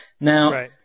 Now